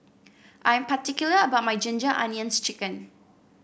I am particular about my Ginger Onions chicken